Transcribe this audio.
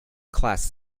class